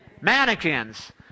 Mannequins